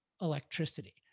electricity